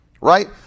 right